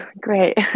Great